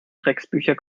drecksbücher